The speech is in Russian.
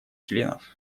членов